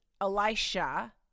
Elisha